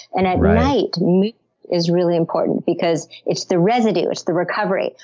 and at night, mood is really important because it's the residue. it's the recovery.